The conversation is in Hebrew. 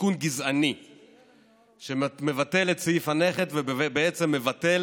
תיקון גזעני שמבטל את סעיף הנכד ובעצם מבטל